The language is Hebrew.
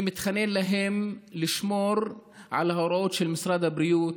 אני מתחנן אליהם לשמור על ההוראות של משרד הבריאות,